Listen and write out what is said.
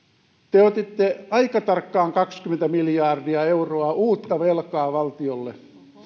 että te otitte aika tarkkaan kaksikymmentä miljardia euroa uutta velkaa valtiolle